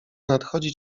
nadchodzi